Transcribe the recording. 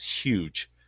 huge